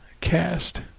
Cast